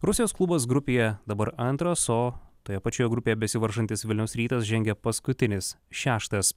rusijos klubas grupėje dabar antras o toje pačioje grupėje besivaržantis vilniaus rytas žengia paskutinis šeštas